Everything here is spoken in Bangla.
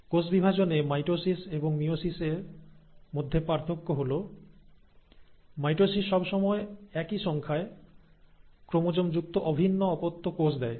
কোষ বিভাজনে মাইটোসিস এবং মিয়োসিস এর মধ্যে পার্থক্য হল মাইটোসিস সবসময় একই সংখ্যায় ক্রোমোজোম যুক্ত অভিন্ন অপত্য কোষ দেয়